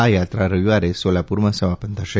તેમની આ યાત્રા રવિવારે સોલાપુરમાં સમાપન થશે